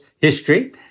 History